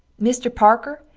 mister parker,